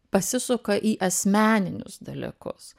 pasisuka į asmeninius dalykus